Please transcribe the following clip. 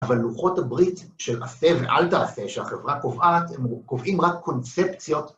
אבל לוחות הברית של עשה ואל תעשה, שהחברה קובעת, הם קובעים רק קונספציות.